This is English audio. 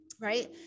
right